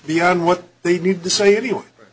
beyond what they need to say anyway